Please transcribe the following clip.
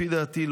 לפי דעתי,